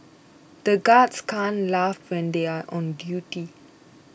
the guards can't laugh when they are on duty